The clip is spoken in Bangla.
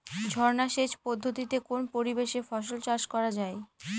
ঝর্না সেচ পদ্ধতিতে কোন পরিবেশে ফসল চাষ করা যায়?